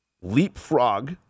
leapfrog